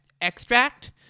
extract